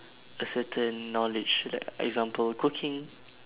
a certain knowledge like example cooking